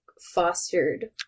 fostered